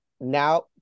now